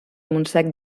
montsec